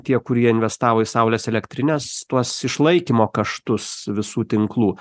tie kurie investavo į saulės elektrines tuos išlaikymo kaštus visų tinklų